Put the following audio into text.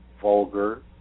vulgar